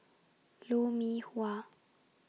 Lou Mee Wah